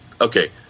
okay